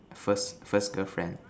first first girlfriend